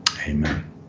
amen